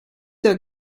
der